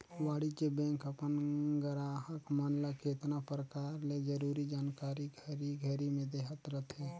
वाणिज्य बेंक अपन गराहक मन ल केतना परकार ले जरूरी जानकारी घरी घरी में देहत रथे